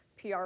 PR